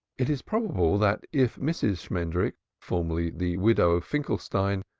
it is probable, that if mrs. shmendrik, formerly the widow finkelstein,